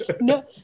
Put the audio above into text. no